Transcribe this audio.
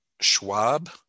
Schwab